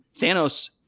Thanos